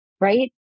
Right